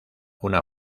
una